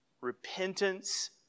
Repentance